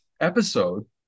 episode